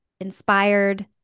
inspired